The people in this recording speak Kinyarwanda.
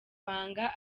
banga